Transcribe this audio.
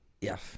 Yes